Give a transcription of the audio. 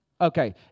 Okay